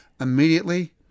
immediately